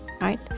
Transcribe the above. right